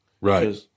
Right